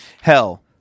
Hell